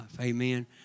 Amen